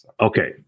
okay